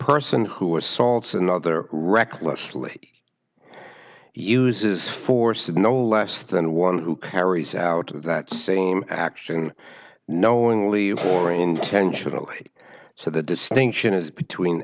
person who assaults another recklessly uses force no less than one who carries out that same action knowingly or intentionally so the distinction is between